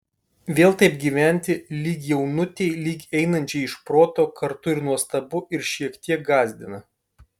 vėl taip gyventi lyg jaunutei lyg einančiai iš proto kartu ir nuostabu ir šiek tiek gąsdina